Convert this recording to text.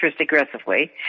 aggressively